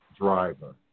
driver